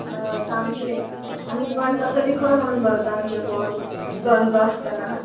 हय सामकें आनी पण तसो बी खंय म्हणून भरता आमचें पोट दंदो आसतना